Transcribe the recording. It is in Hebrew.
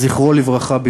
זכרו לברכה,